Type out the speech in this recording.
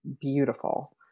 beautiful